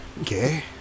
Okay